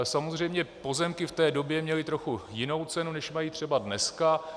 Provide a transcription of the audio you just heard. Samozřejmě pozemky v té době měly trochu jinou cenu, než mají třeba dneska.